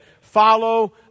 Follow